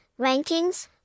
rankings